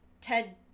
ted